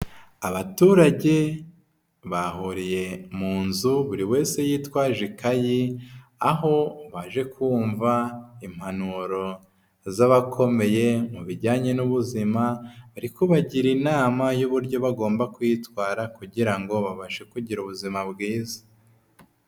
Abaturage bahuriye mu nzu buri wese yitwaje ikayi, aho baje kumva impanuro z'abakomeye mu bijyanye n'ubuzima, bari kubagira inama y'uburyo bagomba kwitwara kugira ngo babashe kugira ubuzima bwiza.